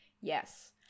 Yes